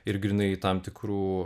ir grynai tam tikrų